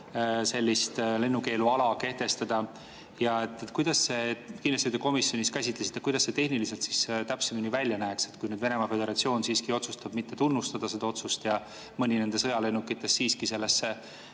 sellist lennukeeluala kehtestada? Ja kindlasti te komisjonis käsitlesite seda, kuidas see tehniliselt täpsemini välja näeks. Kui Venemaa Föderatsioon siiski otsustab mitte tunnustada seda otsust ja mõni nende sõjalennukitest siiski sellesse